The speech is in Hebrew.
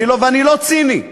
ואני לא ציני,